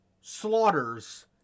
slaughters